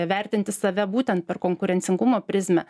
vertinti save būtent per konkurencingumo prizmę